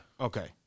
Okay